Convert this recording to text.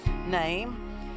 name